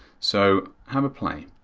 so have a play.